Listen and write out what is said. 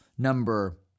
Number